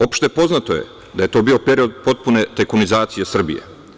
Opšte poznato je da je to bio period potpune tekunizacije Srbije.